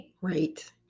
Right